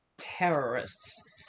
terrorists